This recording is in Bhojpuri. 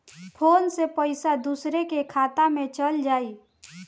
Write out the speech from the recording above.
फ़ोन से पईसा दूसरे के खाता में चल जाई?